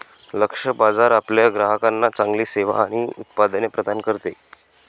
लक्ष्य बाजार आपल्या ग्राहकांना चांगली सेवा आणि उत्पादने प्रदान करते